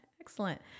Excellent